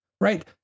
right